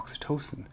oxytocin